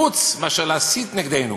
חוץ מאשר להסית נגדנו,